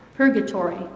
Purgatory